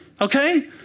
Okay